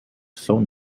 phone